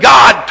God